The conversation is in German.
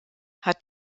hat